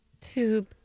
Tube